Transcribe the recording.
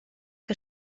que